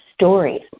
stories